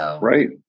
Right